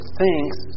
thinks